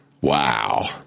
Wow